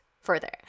further